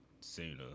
sooner